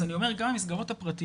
אז אני אומר גם המסגרות הפרטיות,